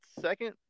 second